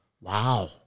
Wow